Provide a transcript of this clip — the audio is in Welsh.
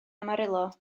amarillo